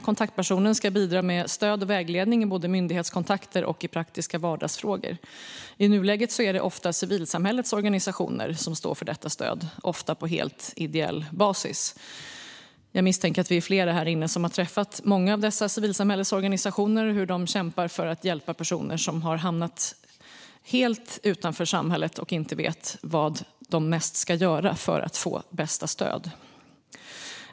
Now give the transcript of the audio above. Kontaktpersonen ska bidra med stöd och vägledning både vid myndighetskontakter och i praktiska vardagsfrågor. I nuläget är det ofta civilsamhällets organisationer som står för detta stöd, ofta på helt ideell basis. Jag misstänker att vi är flera här inne som har träffat många av dessa civilsamhällesorganisationer och sett hur de kämpar för att hjälpa personer som har hamnat helt utanför samhället och inte vet vad de ska göra härnäst för att få bästa stöd.